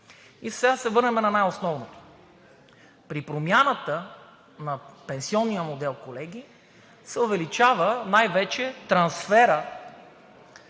да се върнем на най-основното. При промяната на пенсионния модел, колеги, се увеличава най-вече трансферът